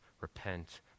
repent